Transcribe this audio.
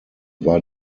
war